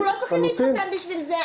אנחנו לא צריכים להתחתן בשביל זה,